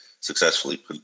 successfully